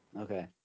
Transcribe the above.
Okay